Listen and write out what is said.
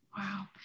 wow